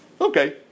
Okay